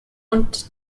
und